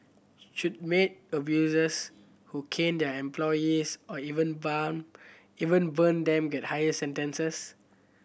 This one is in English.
should maid abusers who cane their employees or even even burn them get higher sentences